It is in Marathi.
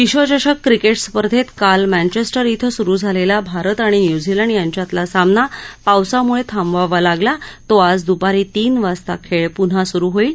विश्वचषक क्रिकेट स्पर्धेत काल मैंचेस्टर इथं सुरु झालेला भारत आणि न्यूझीलंड यांच्यातला सामना पावसामुळे थांबवावा लागला तो आज दुपारी तीन वाजता खेळ पुन्हा सुरू होईल